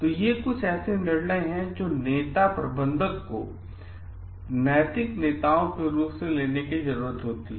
तो ये कुछ ऐसे निर्णय हैं जो नेता प्रबंधक को नैतिक नेताओं की तरह लेने की जरूरत है